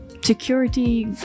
security